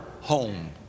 home